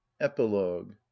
epilogue